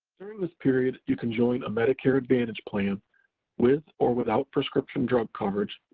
during this period, you can join a medicare advantage plan with or without prescription drug coverage,